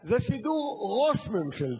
זה שידור ראש-ממשלתי,